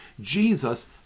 Jesus